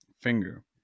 finger